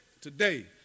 today